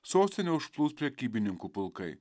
sostinę užplūs prekybininkų pulkai